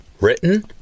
Written